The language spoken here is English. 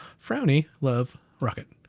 frowny love rocket,